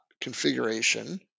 configuration